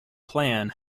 plan